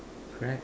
crabs